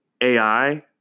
AI